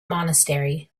monastery